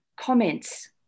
comments